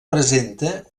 presenta